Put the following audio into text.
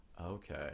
Okay